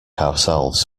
ourselves